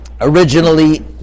originally